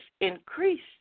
increased